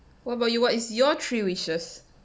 what about you what is your three wishes